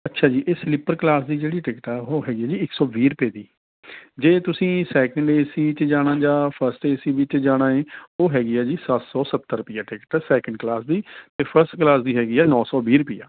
ਅੱਛਾ ਜੀ ਇਹ ਸਲਿੱਪਰ ਕਲਾਸ ਦੀ ਜਿਹੜੀ ਟਿਕਟ ਹੈ ਉਹ ਹੈਗੀ ਹੈ ਜੀ ਇੱਕ ਸੌ ਵੀਹ ਰੁਪਏ ਦੀ ਜੇ ਤੁਸੀਂ ਸੈਕਿੰਡ ਏ ਸੀ ਵਿੱਚ ਜਾਣਾ ਜਾਂ ਫਸਟ ਏ ਸੀ ਵਿੱਚ ਜਾਣਾ ਜੀ ਉਹ ਹੈਗੀ ਹੈ ਜੀ ਸੱਤ ਸੌ ਸੱਤਰ ਰੁਪਈਆ ਟਿਕਟ ਸੈਕਿੰਡ ਕਲਾਸ ਦੀ ਅਤੇ ਫਸਟ ਕਲਾਸ ਦੀ ਹੈਗੀ ਹੈ ਨੋ ਸੌ ਵੀਹ ਰੁਪਈਆ